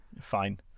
Fine